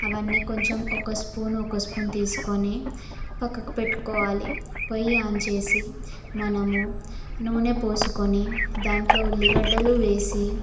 అవన్నీ కొంచెం ఒక స్పూన్ ఒక స్పూన్ తీసుకొని పక్కకు పెట్టుకోవాలి పొయ్యి ఆన్ చేసి మనము నూనె పోసుకొని దాంట్లో ఉల్లిగడ్డలు వేసి